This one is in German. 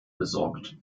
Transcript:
besorgt